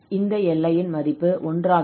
இந்த எல்லையின் மதிப்பு 1 ஆக இருக்கும்